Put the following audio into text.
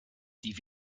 die